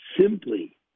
simply